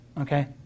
okay